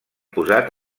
posat